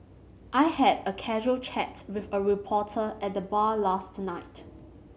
I had a casual chat with a reporter at the bar last night